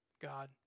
God